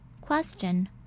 Question